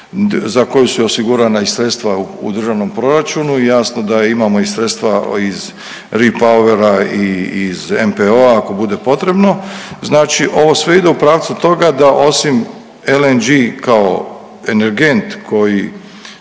za koju su osigurana i sredstva u Državnom proračunu i jasno da imamo i sredstva iz repowera i iz NPO-a ako bude potrebno. Znači ovo sve ide u pravcu toga da osim LNG kao energent koji